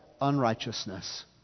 unrighteousness